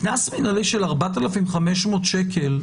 קנס מנהלי של 4,500 שקלים?